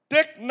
Take